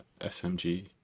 SMG